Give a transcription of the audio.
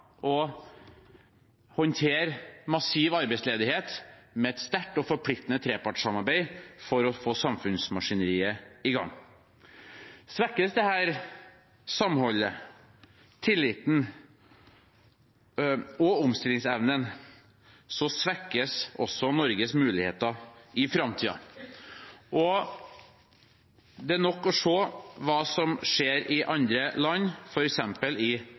håndtere massiv arbeidsledighet med et sterkt og forpliktende trepartssamarbeid for å få samfunnsmaskineriet i gang. Svekkes dette samholdet, tilliten og omstillingsevnen, svekkes også Norges muligheter i framtiden. Det er nok å se hva som skjer i andre land, f.eks. i